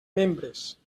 membres